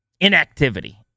inactivity